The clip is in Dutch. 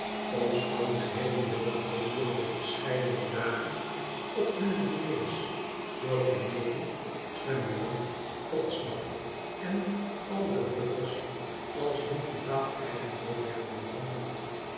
omstandigheden welke gedurende verscheidene dagen op hunne diners door veneering twemlow podsnap en al de buffers ala hun privaat eigendom werden behandeld